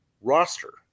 roster